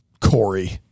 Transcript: Corey